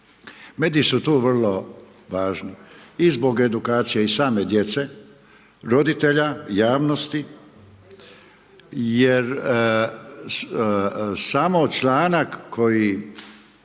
Mediji su tu vrlo važni i zbog edukacije i same djece roditelja, javnosti jer samo članak koji